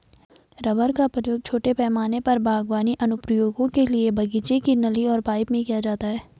rubber का उपयोग छोटे पैमाने पर बागवानी अनुप्रयोगों के लिए बगीचे की नली और पाइप में किया जाता है